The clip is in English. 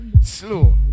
Slow